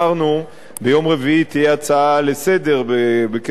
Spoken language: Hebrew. ביום רביעי תהיה הצעה לסדר-היום בעניין